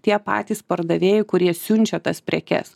tie patys pardavėjai kurie siunčia tas prekes